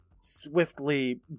swiftly